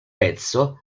pezzo